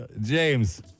James